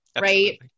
right